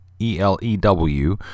e-l-e-w